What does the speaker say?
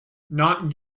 not